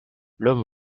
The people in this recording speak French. l’homme